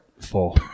four